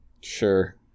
Sure